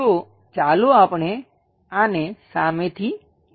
તો ચાલો આપણે આને સામેથી જોઈએ